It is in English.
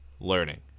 learning